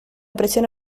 presión